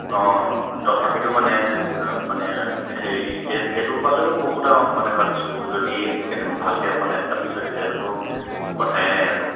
অঁ তথাপিতো মানে মানে হেৰি সেই সেইটো পালেও বহুত মানে ভাবিছোঁ যদি কেনেবা ভালকৈ অকণমান এষ্টাবলিছ হয় তেতিয়াততো কথাই নাই আৰু